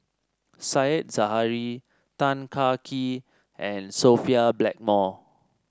Said Zahari Tan Kah Kee and Sophia Blackmore